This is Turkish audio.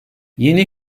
yeni